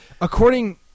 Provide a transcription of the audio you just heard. according